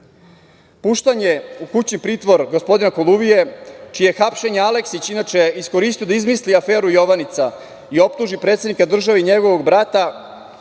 Puštanje u kućni pritvor gospodina Koluvije, čije je hapšenje Aleksić, inače, iskoristio da izmisli aferu „Jovanjica“ i optuži predsednika države i njegovog brata